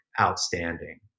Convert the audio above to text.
Outstanding